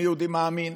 אני יהודי מאמין.